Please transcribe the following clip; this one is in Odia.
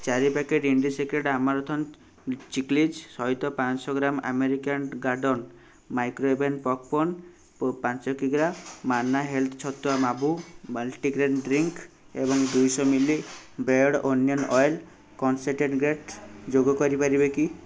ଚାରି packet Indie secret amaranth chikkis ସହିତ ପାଞ୍ଚଶହ gram American garden microwave popcorn ପାଞ୍ଚ କିଗ୍ରା ମାନ୍ନା ହେଲ୍ଥ୍ ଛତୁଆ ମାଭୂ ମଲ୍ଟିଗ୍ରେନ୍ ଡ୍ରିଙ୍କ୍ ଏବଂ ଦୁଇଶହ ମିଲି ବେୟର୍ଡ଼ୋ ଓନିଅନ୍ ଅଏଲ୍ କନ୍ସେନ୍ଟ୍ରେଟ୍ ଯୋଗ କରିପାରିବେ କି